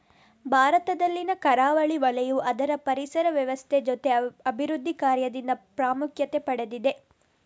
ಭಾರತದಲ್ಲಿನ ಕರಾವಳಿ ವಲಯವು ಅದರ ಪರಿಸರ ವ್ಯವಸ್ಥೆ ಜೊತೆ ಅಭಿವೃದ್ಧಿ ಕಾರ್ಯದಿಂದ ಪ್ರಾಮುಖ್ಯತೆ ಪಡೆದಿದೆ